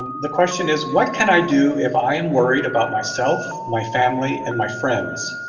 the question is what can i do if i am worried about myself, my family, and my friends?